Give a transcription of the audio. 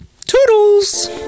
Toodles